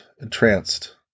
entranced